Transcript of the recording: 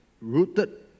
rooted